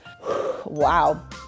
wow